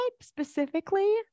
specifically